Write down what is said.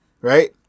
right